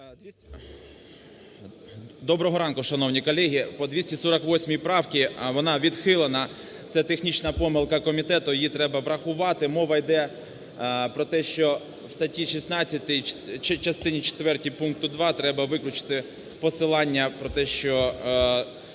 Доброго ранку, шановні колеги. По 248 правці. Вона відхилена, це технічна помилка комітету. Її треба врахувати. Мова йде про те, що в статті 16 частині четвертій пункту 2 треба виключити посилання про те, що